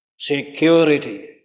Security